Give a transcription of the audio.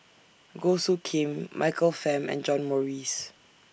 Goh Soo Khim Michael Fam and John Morrice